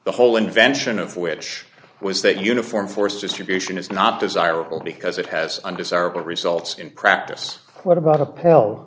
the whole invention of which was that uniform force distribution is not desirable because it has undesirable results in practice what about a pell